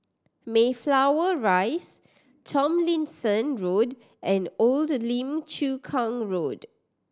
Mayflower Rise Tomlinson Road and Old Lim Chu Kang Road